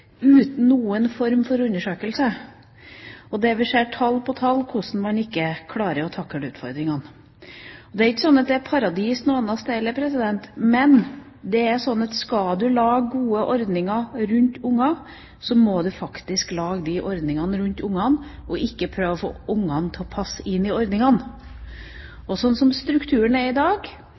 uten noen form for undersøkelse. Vi ser tall på tall på hvordan man ikke klarer å takle utfordringene. Det er ikke slik at det er et paradis noe annet sted heller, men skal man lage gode ordninger rundt barn, må man faktisk lage ordningene rundt barna og ikke prøve å få barna til å passe inn i ordningene. Slik strukturen er i dag,